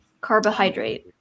carbohydrate